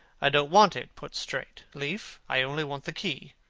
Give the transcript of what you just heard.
i don't want it put straight, leaf. i only want the key.